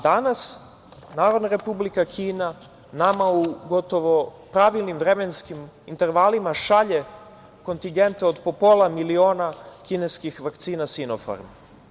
Danas, Narodna Republika Kina nama u gotovo pravilnim vremenskim intervalima šalje kontingente od po pola miliona kineskih vakcina „Sinofarm“